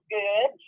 good